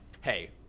Hey